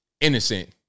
innocent